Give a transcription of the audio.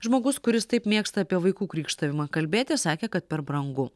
žmogus kuris taip mėgsta apie vaikų krykštavimą kalbėti sakė kad per brangu